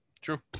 True